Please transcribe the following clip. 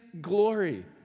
glory